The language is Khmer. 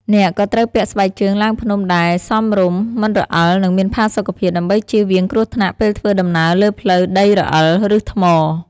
អ្នកក៏ត្រូវពាក់ស្បែកជើងឡើងភ្នំដែលសមរម្យ មិនរអិល និងមានផាសុកភាព ដើម្បីជៀសវាងគ្រោះថ្នាក់ពេលធ្វើដំណើរលើផ្លូវដីរអិល ឬថ្ម។